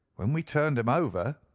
when we turned him over,